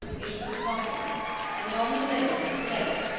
it was a coffin and on the lid was a plate,